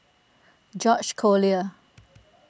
George Collyer